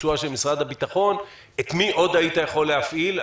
הביצוע שלו את מי עוד היית יכול להפעיל?